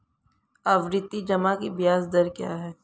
आवर्ती जमा की ब्याज दर क्या है?